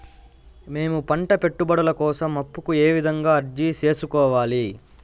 మేము పంట పెట్టుబడుల కోసం అప్పు కు ఏ విధంగా అర్జీ సేసుకోవాలి?